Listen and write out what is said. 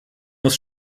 muss